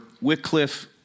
Wycliffe